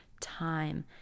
time